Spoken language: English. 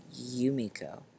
Yumiko